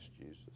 Jesus